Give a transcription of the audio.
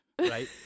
right